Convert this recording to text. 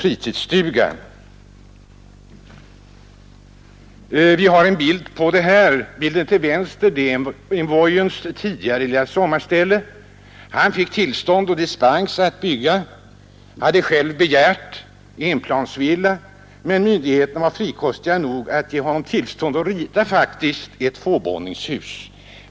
Jag visar här ett par bilder på TV-skärmen. Bilden till vänster är envoyéns tidigare lilla sommarställe. Han fick tillstånd att bygga inte bara en enplansvilla, som han själv begärt, utan myndigheterna var enligt uppgifter frikostiga nog att låta honom rita och bygga ett tvåvåningshus.